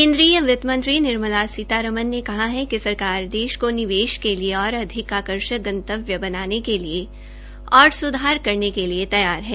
केन्द्रीय वित्तमंत्री निर्मला सीतारमण ने कहा है कि सरकार देश को निवेश के लिए और अधिक आर्कषक गंतव्य बनाने के लिए और सुधार करने के लिए तैयार है